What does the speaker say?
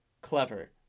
clever